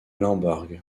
lemberg